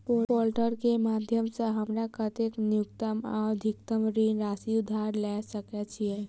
Portal केँ माध्यम सऽ हमरा केतना न्यूनतम आ अधिकतम ऋण राशि उधार ले सकै छीयै?